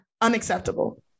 unacceptable